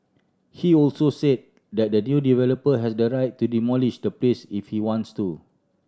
he also said that the new developer has the right to demolish the place if he wants to